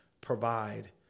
provide